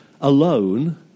alone